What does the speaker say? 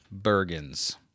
Bergens